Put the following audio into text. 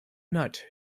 nut